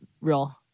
real